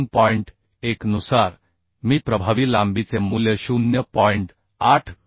1 नुसार मी प्रभावी लांबीचे मूल्य 0